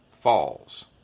Falls